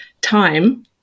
time